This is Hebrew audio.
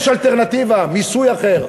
יש אלטרנטיבה: מיסוי אחר,